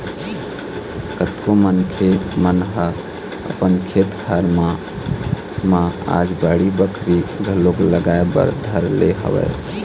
कतको मनखे मन ह अपन खेत खार मन म आज बाड़ी बखरी घलोक लगाए बर धर ले हवय